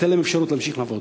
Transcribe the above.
ייתן להם אפשרות להמשיך לעבוד.